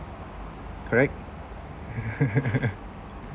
correct